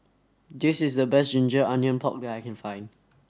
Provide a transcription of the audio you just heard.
this is the best ginger onions pork I can find